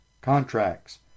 contracts